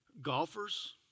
Golfers